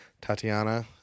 Tatiana